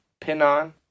Pinon